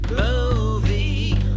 movie